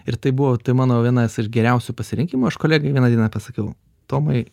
ir tai buvo tai mano vienas iš geriausių pasirinkimų aš kolegai vieną dieną pasakiau tomai